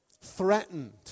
threatened